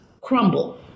crumble